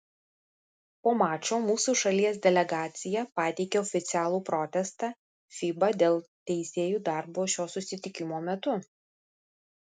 po mačo mūsų šalies delegacija pateikė oficialų protestą fiba dėl teisėjų darbo šio susitikimo metu